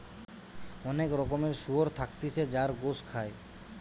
অনেক রকমের শুয়োর থাকতিছে যার গোস খায়